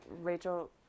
Rachel